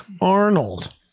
Arnold